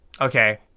Okay